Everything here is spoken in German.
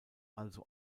also